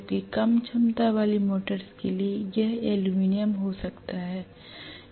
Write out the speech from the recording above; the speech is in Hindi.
जबकि कम क्षमता वाली मोटरों के लिए यह एल्यूमीनियम हो सकता है